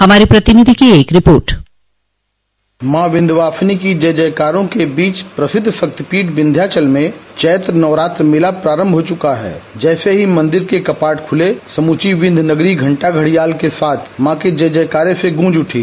हमारे प्रतिनिधि की एक रिपोर्ट माँ विंध्यवासिनी की जय जयकारो के बीच प्रसिद्ध शक्तिपीठ विन्ध्याचल मे चत्र नवरात्र मेला प्रारम्भ हो चुका है जसे ही मंदिर के कपाट खुले समूची विंध्य नगरी घंटा घड़ियाल के साथ मां के जय जयकारे से गूँज उठी